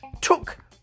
took